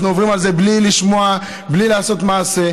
אנחנו עוברים על זה בלי לשמוע, בלי לעשות מעשה.